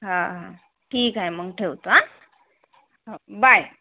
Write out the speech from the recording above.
हां ठीक आहे मग ठेवतो आं हो बाय